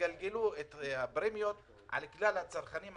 יגלגלו את הפרמיות על כלל הצרכנים,